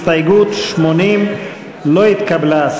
הסתייגות 80 לא התקבלה.